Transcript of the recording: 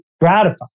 gratified